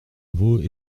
vaux